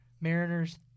Mariners